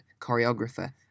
choreographer